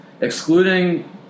excluding